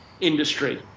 industry